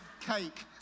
cake